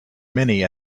many